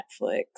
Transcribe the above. Netflix